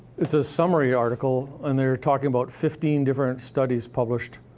it's a summary article, and they were talking about fifteen different studies published.